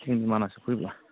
जोंनि मानासाव फैयोब्ला